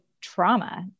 trauma